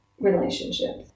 relationships